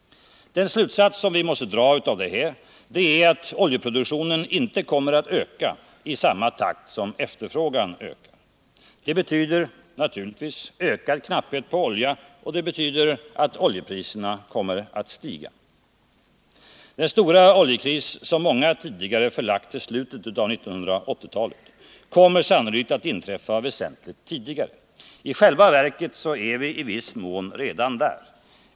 Den slutsats som vi måste dra är att produktionen av olja inte kommer att öka i samma takt som efterfrågan. Det betyder naturligtvis ökad knapphet och stigande priser. Den stora oljekris som många tidigare förlagt till slutet av 1980-talet kommer sannolikt att inträffa väsentligt tidigare. I själva verket är vi i viss mån redan där.